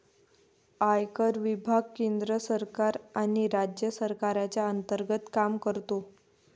आयकर विभाग केंद्र सरकार आणि राज्य सरकारच्या अंतर्गत काम करतो